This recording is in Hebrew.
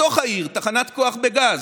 בתוך העיר יש תחנת כוח בגז,